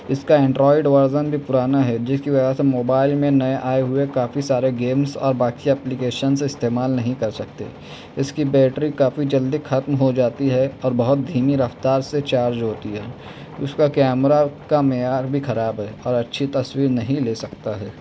اس کا Android version بھی پرانا ہے جس کی وجہ سے موبائل میں نئے آئے ہوئے کافی سارے گیمس اور باقی اپیلیکیشنس استعمال نہیں کر سکتے اس کی بیٹری کافی جلدی ختم ہو جاتی ہے اور بہت دھیمی رفتار سے چارج ہوتی ہے اس کا کیمرہ کا معیار بھی خراب ہے اور اچھی طرح تصویر نہیں لے سکتا ہے